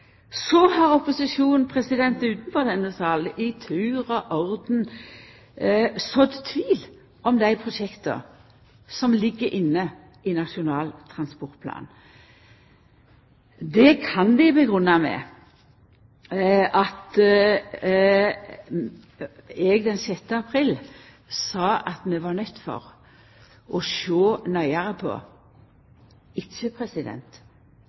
Så har opposisjonen utanfor denne salen i tur og orden sådd tvil om dei prosjekta som ligg inne i Nasjonal transportplan. Det kan dei forklara med at eg den 6. april sa at vi var nøydde til å sjå nøyare på nokre av desse prosjekta – ikkje